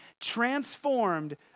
transformed